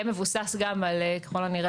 זה יהיה גם מבוסס - ככל הנראה,